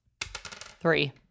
Three